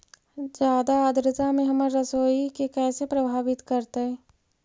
जादा आद्रता में हमर सरसोईय के कैसे प्रभावित करतई?